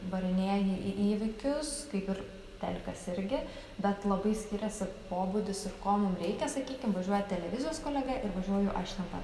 varinėji į įvykius kaip ir telikas irgi bet labai skiriasi pobūdis ir ko mum reikia sakykim važiuoja televizijos kolega ir važiuoju aš ten pat